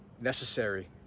necessary